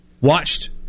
watched